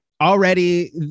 Already